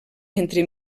entre